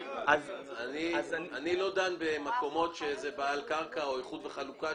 אני לא דן במקומות שזה בעל קרקע או איחוד וחלוקה.